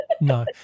No